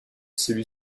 celui